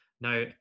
Now